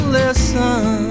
listen